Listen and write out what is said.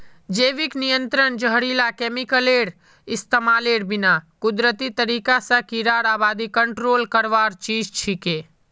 जैविक नियंत्रण जहरीला केमिकलेर इस्तमालेर बिना कुदरती तरीका स कीड़ार आबादी कंट्रोल करवार चीज छिके